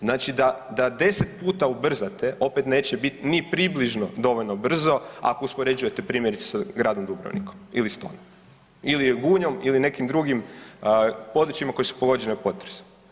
Znači da 10 puta ubrzate opet neće biti ni približno dovoljno brzo ako uspoređujete primjerice sa Gradom Dubrovnikom, ili Stonom, ili Gunjom ili nekim drugim područjima koji su pogođena u potresu.